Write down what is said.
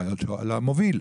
למוביל,